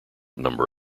number